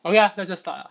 okay ya let's just start ah